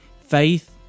Faith